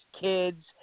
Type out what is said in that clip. kids